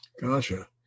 Gotcha